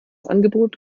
angebot